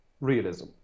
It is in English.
realism